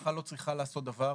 המשפחה לא צריכה לעשות דבר.